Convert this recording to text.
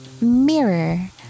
mirror